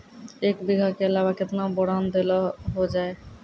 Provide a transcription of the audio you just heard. एक बीघा के अलावा केतना बोरान देलो हो जाए?